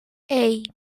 hey